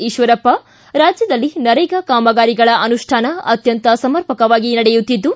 ಈಕ್ವರಪ್ಪ ರಾಜ್ಯದಲ್ಲಿ ನರೇಗಾ ಕಾಮಗಾರಿಗಳ ಅನುಷ್ಠಾನ ಅತ್ಯಂತ ಸಮರ್ಪಕವಾಗಿ ನಡೆಯುತ್ತಿದ್ದು